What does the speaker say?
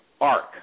arc